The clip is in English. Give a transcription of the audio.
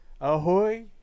Ahoy